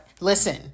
listen